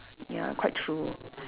ya quite true